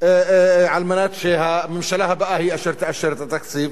על מנת שהממשלה הבאה היא אשר תאשר את התקציב.